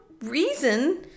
reason